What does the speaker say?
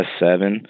S7